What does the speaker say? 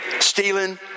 stealing